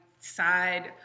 Side